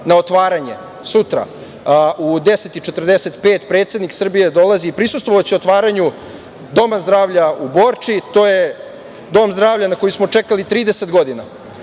na otvaranje sutra, u 10.45 časova. Predsednik Srbije dolazi, prisustvovaće otvaranju Doma zdravlja u Borči. To je Dom zdravlja na koji smo čekali 30 godina.